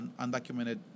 undocumented